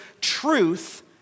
truth